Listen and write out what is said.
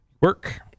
work